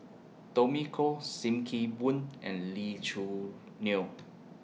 Tommy Koh SIM Kee Boon and Lee Choo Neo